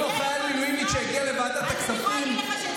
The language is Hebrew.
שאותו חייל מילואימניק שהגיע לוועדת הכספים,